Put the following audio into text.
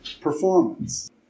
performance